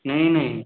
ନାଇଁ ନାଇଁ